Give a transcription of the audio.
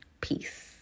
Peace